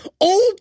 Old